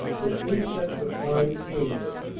with insets of fine cane-work.